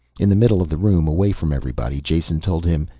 in the middle of the room, away from everybody, jason told him.